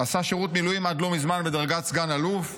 עשה שירות מילואים עד לא מזמן בדרגת סגן אלוף.